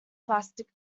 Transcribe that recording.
plastic